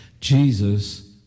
Jesus